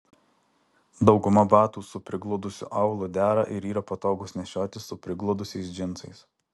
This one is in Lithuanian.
dauguma batų su prigludusiu aulu dera ir yra patogūs nešioti su prigludusiais džinsais